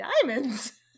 diamonds